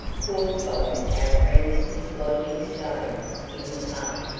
caused by our friends dislodging stones in the path,